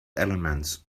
elements